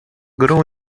grew